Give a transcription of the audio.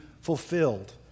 fulfilled